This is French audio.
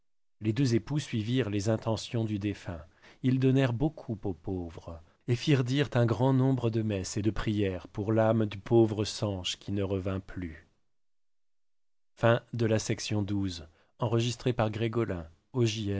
les deux époux suivirent les intentions du défunt ils donnèrent beaucoup aux pauvres et firent dirent un grand nombre de messes et de prières pour l'âme du pauvre sanche qui ne revint plus